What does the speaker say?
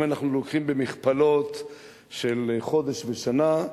אם אנחנו לוקחים במכפלות של חודש ושנה,